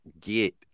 get